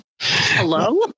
Hello